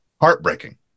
heartbreaking